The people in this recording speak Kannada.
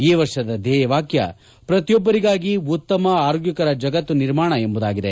ಈ ವರ್ಷದ ಧ್ಲೇಯವಾಕ್ಷ ಪ್ರತಿಯೊಬ್ಲರಿಗಾಗಿ ಉತ್ತಮ ಆರೋಗ್ಲಕರ ಜಗತ್ತು ನಿರ್ಮಾಣ ಎಂಬುದಾಗಿದೆ